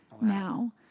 now